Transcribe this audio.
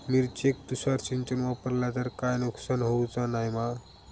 मिरचेक तुषार सिंचन वापरला तर काय नुकसान होऊचा नाय मा?